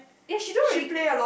yes she don't really c~